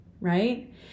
right